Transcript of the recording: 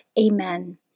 Amen